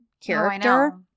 character